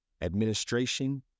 administration